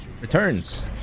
Returns